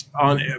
on